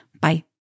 Bye